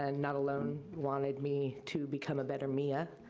and not alone wanted me to become a better mia.